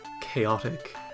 chaotic